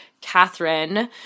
Catherine